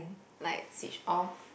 like switch off